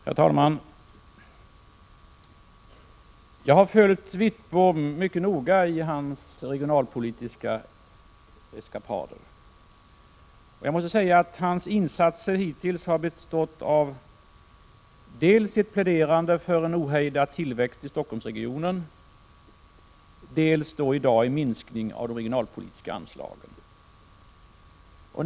Herr talman! Jag har följt Bengt Wittbom mycket noga i hans regionalpolitiska eskapader. Hans insatser hittills har bestått i ett pläderande dels för en ohejdad tillväxt i Stockholmsregionen, dels, i dag, för en minskning av de regionalpolitiska anslagen.